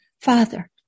father